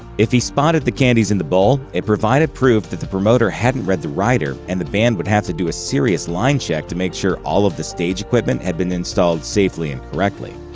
if he spotted the candies in the bowl, it provided proof that the promoter hadn't read the rider, and the band would have to do a serious line check to make sure all of the stage equipment had been installed safely and correctly.